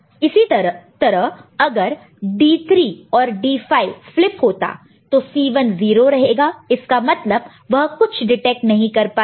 तो इसी तरह अगर D3 और D5 फ्लिप होता है तो C1 0 रहेगा इसका मतलब वह कुछ डिटेक्ट नहीं कर पाएगा